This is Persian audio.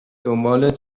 دنبال